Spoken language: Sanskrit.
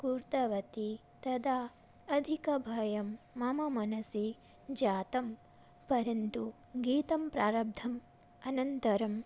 कृतवती तदा अधिकं भयं मम मनसि जातं परन्तु गीतं प्रारब्धम् अनन्तरं